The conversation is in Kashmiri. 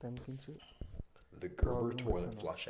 تَمہِ کِنہِ چھِ پرٛابلِم گژھان اَتھ